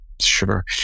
sure